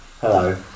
hello